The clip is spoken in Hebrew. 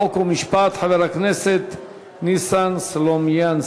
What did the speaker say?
חוק ומשפט חבר הכנסת ניסן סלומינסקי.